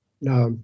Now